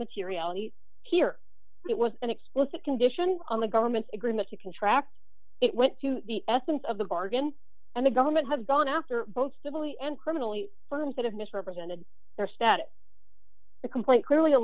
materiality here it was an explicit condition of the government's agreement the contract it went to the essence of the bargain and the government have gone after both stability and criminally firms that have misrepresented their status complaint clearly a